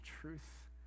truth